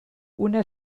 una